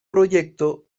proyecto